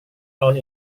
tahun